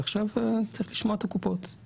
עכשיו צריך לשמוע את הקופות.